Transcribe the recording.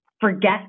forget